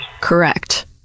correct